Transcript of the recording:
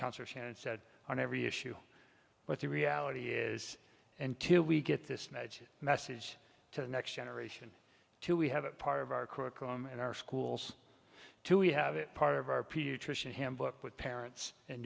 concert and said on every issue but the reality is until we get this message a message to the next generation to we have a part of our curriculum and our schools too we have it part of our pediatrician handbook with parents and